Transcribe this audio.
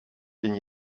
ken